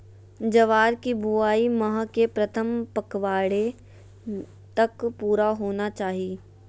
ज्वार की बुआई माह के प्रथम पखवाड़े तक पूरा होना चाही